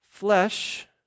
Flesh